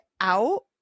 out